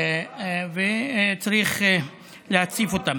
וצריך להציף אותם.